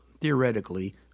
theoretically